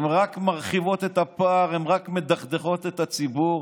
רק מרחיבות את הפער, רק מדכדכות את הציבור.